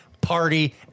party